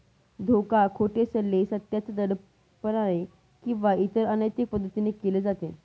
धोका, खोटे सल्ले, सत्याच्या दडपणाने किंवा इतर अनैतिक पद्धतीने केले जाते